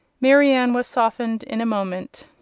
marianne was softened in a moment.